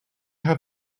have